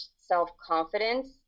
self-confidence